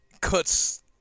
cuts